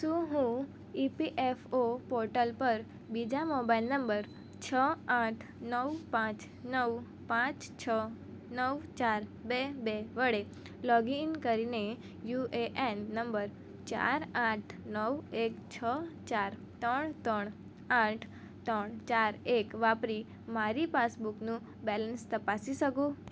શું હું EPFO portal પર બીજા મોબાઈલ નંબર છ આઠ નવ પાંચ નવ પાંચ છ નવ ચાર બે બે વડે લોગઇન કરીને યુએએન નંબર ચાર આઠ નવ એક છ ચાર ત્રણ ત્રણ આઠ ત્રણ ચાર એક વાપરી મારી પાસબુકનું બેલેન્સ તપાસી શકું